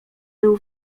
był